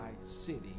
city